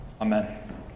Amen